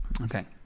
Okay